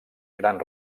gran